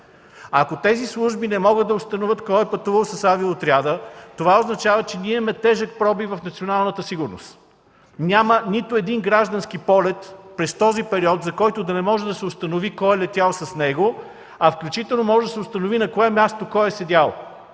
Ако тези служби не могат да установят кой е пътувал с авиоотряда, това означава, че ние имаме тежък пробив в националната сигурност. Няма нито един граждански полет през този период, за който да не може да се установи кой е летял с него, включително може да се установи кой на кое място е седял.